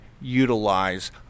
utilize